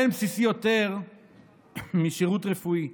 אין בסיסי יותר משירות רפואי,